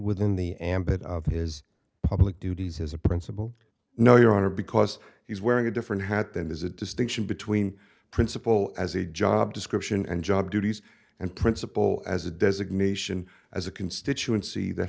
within the ambit of his public duties as a principal no your honor because he's wearing a different hat there's a distinction between principle as a job description and job duties and principle as a designation as a constituency that